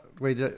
Wait